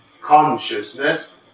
consciousness